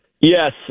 Yes